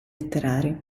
letterari